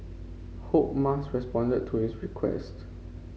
hope Musk responded to his request